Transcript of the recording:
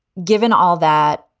given all that,